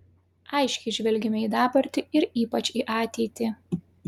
aiškiai žvelgiame į dabartį ir ypač į ateitį